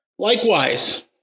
Likewise